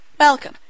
Welcome